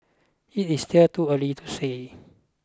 it is still too early to say